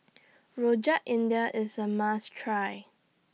Rojak India IS A must Try